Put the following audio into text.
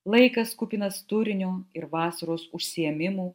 laikas kupinas turinio ir vasaros užsiėmimų